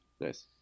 Nice